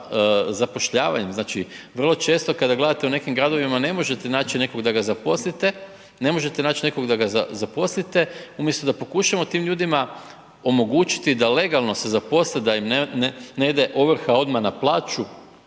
zapošljavanjem, znači vrlo često kada gledate u nekim gradovima ne možete naći nekog da ga zaposlite, ne možete nać nekog da ga zaposlite, umjesto da pokušamo tim ljudima omogućiti da legalno se zaposle, da im ne ide ovrha odmah na plaću,